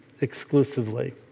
exclusively